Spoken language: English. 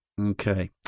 okay